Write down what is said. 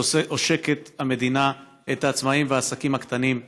שעושקת המדינה את העצמאים והעסקים הקטנים.